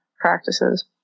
practices